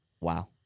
Wow